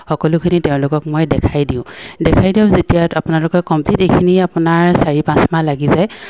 সকলোখিনি তেওঁলোকক মই দেখাই দিওঁ দেখাই দিওঁ যেতিয়া আপোনালোকে কমপ্লিট এইখিনি আপোনাৰ চাৰি পাঁচ মাহ লাগি যায়